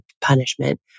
punishment